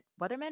weatherman